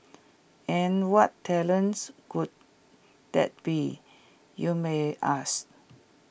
and what talents could that be you may ask